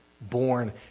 Born